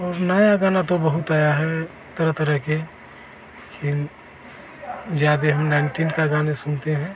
और नया गाना तो बहुत आया है तरह तरह के किन ज्यादे हम नाइनतीन का गाना सुनते हैं